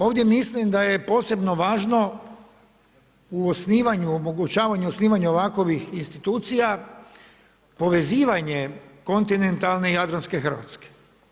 Ovdje mislim da je posebno važno u osnivanju, u omogućavanju osnivanja ovakvih institucija, povezivanje kontinentalne i jadranske Hrvatske.